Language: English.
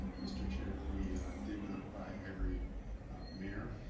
mr. chair, we did notify every mayor,